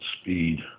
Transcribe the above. speed